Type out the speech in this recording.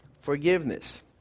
forgiveness